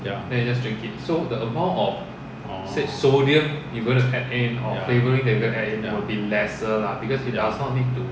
ya orh ya ya ya